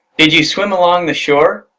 did you swim along the shore?